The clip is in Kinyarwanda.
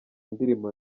indirimbo